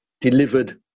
delivered